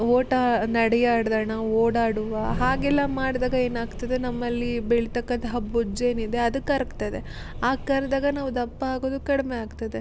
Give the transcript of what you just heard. ಓಟ ನಡಿಯಾಡ್ದಣ ಓಡಾಡುವ ಹಾಗೆಲ್ಲ ಮಾಡಿದಾಗ ಏನಾಗ್ತದೆ ನಮ್ಮಲ್ಲಿ ಬೆಳೀತಕ್ಕಂತಹ ಬೊಜ್ಜು ಏನಿದೆ ಅದು ಕರಗ್ತದೆ ಆ ಕರ್ಗ್ದಾಗ ನಾವು ದಪ್ಪ ಆಗೋದು ಕಡಿಮೆ ಆಗ್ತದೆ